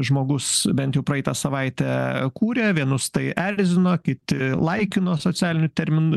žmogus bent jau praeitą savaitę kūrė vienus tai erzino kiti laikino socialinių termin